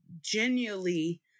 genuinely